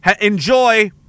Enjoy